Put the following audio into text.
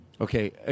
Okay